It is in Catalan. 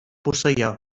posseïa